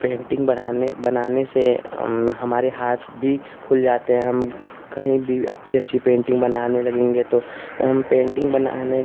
painting बढ़ाने बनाने से हमारे हाथ भी खुल जाते हम कहीं भी अच्छी अच्छी पेन्टिन्ग बनाने लगेंगे तो हम पेन्टिन्ग बनाने